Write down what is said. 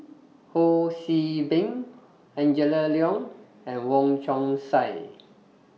Ho See Beng Angela Liong and Wong Chong Sai